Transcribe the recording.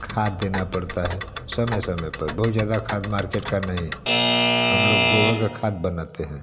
खाद देना पड़ता है समय समय पर बहुत ज़्यादा खाद मार्केट का नहीं हम लोग गोबर का खाद बनाते हैं